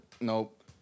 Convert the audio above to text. nope